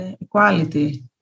equality